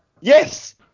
yes